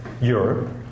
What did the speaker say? Europe